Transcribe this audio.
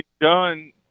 done